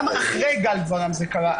גם אחרי גל גברעם זה קרה,